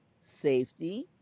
safety